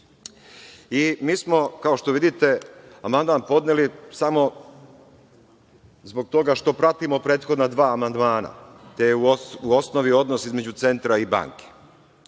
Mi smo, kao što vidite, amandman podneli samo zbog toga što pratimo prethodna dva amandmana, gde je u osnovi odnos između centra i banke.